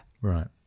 Right